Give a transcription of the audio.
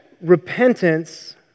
repentance